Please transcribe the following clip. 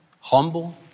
humble